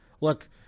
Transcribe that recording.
Look